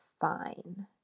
fine